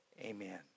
Amen